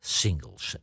singles